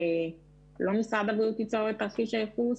שלא משרד הבריאות ייצור את תרחיש הייחוס